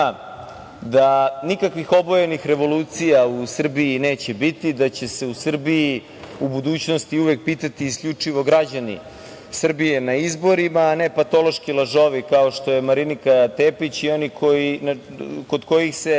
da nikakvih obojenih revolucija u Srbiji neće biti, da će se u Srbiji u budućnosti uvek pitati isključivo građani Srbije na izborima, a ne patološki lažovi, kao što je Marinika Tepić i oni kod kojih se